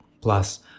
plus